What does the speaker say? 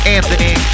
Anthony